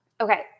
Okay